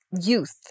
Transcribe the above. youth